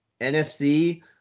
NFC